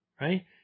Right